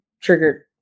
triggered